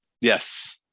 yes